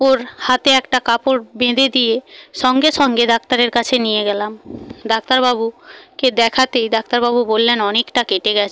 ওর হাতে একটা কাপড় বেঁধে দিয়ে সঙ্গে সঙ্গে ডাক্তারের কাছে নিয়ে গেলাম ডাক্তারবাবু কে দেখাতেই ডাক্তারবাবু বললেন অনেকটা কেটে গেছে